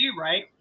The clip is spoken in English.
right